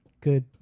good